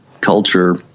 culture